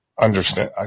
understand